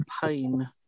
pain